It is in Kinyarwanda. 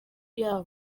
yabo